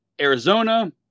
Arizona